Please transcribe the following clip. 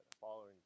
following